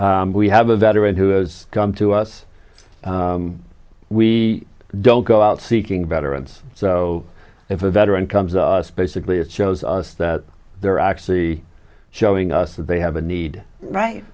puppy we have a veteran who has come to us we don't go out seeking veterans so if a veteran comes us basically it shows us that they're actually showing us that they have a need right